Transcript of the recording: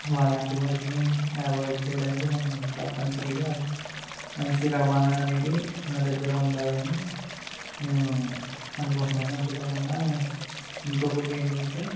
అలాంటివాటిని avoid చేయడానికి మనం తప్పనిసరిగా మంచి రవాణా అనేది మన దగ్గర ఉండాలని నేను అనుకుంటున్నాను అంతే కాకుండా ఇంకొకటి ఏంటంటే